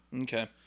Okay